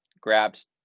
grabbed